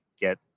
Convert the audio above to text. get